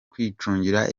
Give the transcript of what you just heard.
kwicungira